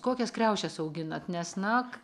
kokias kriaušes auginat nes nak